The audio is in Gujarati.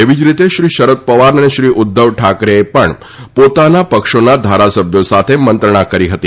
એવી જ રીતે શ્રી શરદ પવાર અને શ્રી ઉદ્વવ ઠાકરેએ પણ પોતાના પક્ષોના ધારાસભ્યો સાથે મંત્રણા કરી હતી